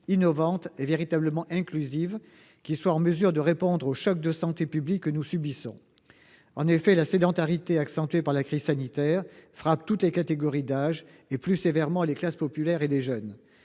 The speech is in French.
innovantes et véritablement inclusives, qui soient en mesure de répondre aux chocs de santé publique que nous subissons. En effet, la sédentarité, accentuée par la crise sanitaire, frappe toutes les catégories d'âge, et plus sévèrement les classes populaires et les jeunes.